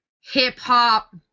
hip-hop